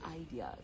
ideas